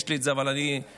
יש לי את זה, אבל אני מפחד